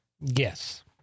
Yes